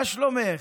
מה שלומך?